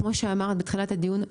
כמו שאמרת בתחילת הדיון,